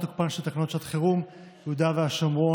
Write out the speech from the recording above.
תוקפן של תקנות שעת חירום (יהודה והשומרון,